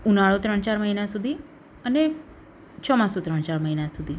ઉનાળો ત્રણ ચાર મહિના સુધી અને ચોમાસુ ત્રણ ચાર મહિના સુધી